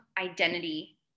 identity